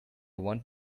want